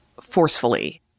forcefully